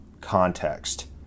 context